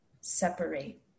separate